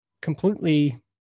completely